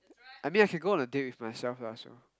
I mean I can go on a date with myself lah so